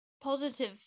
positive